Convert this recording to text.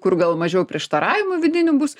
kur gal mažiau prieštaravimų vidinių bus